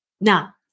Now